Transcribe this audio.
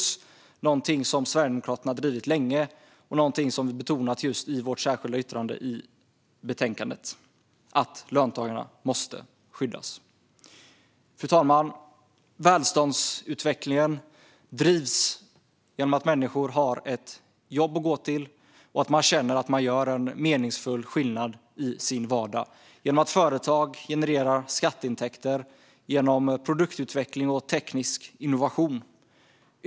Att löntagarna måste skyddas är någonting som Sverigedemokraterna har drivit länge och som vi betonat i vårt särskilda yttrande. Fru talman! Välståndsutvecklingen drivs genom att människor har ett jobb att gå till och att de känner att de gör en meningsfull skillnad i sin vardag. Det görs genom att företag genererar skatteintäkter och genom produktutveckling och teknisk innovation.